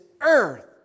earth